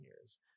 years